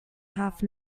half